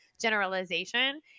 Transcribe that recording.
generalization